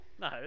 No